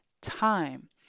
time